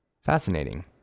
Fascinating